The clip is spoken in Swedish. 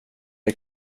jag